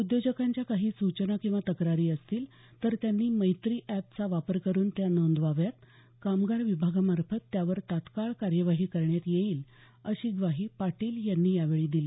उद्योजकांच्या काही सूचना किंवा तक्रारी असतील तर त्यांनी मैत्री एपचा वापर करून त्या नोंदवाव्यात कामगार विभागामार्फत त्यावर तात्काळ कार्यवाही करण्यात येईल अशी ग्वाही पाटील यांनी यावेळी दिली